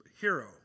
hero